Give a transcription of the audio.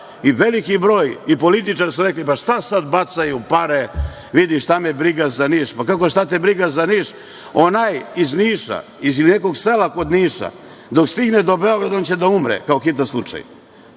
i veliki broj političara su rekli - šta sad bacaju pare, šta me briga za Niš. Kako šta te briga za Niš? Onaj iz Niša, iz nekog sela kod Niša, dok stigne do Beograda, on će da umre, kao hitan slučaj.